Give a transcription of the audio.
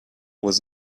was